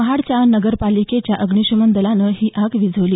महाड नगरपालिकेच्या अग्निशमन दलानं ही आग विझविली